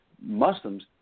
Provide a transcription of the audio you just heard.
Muslims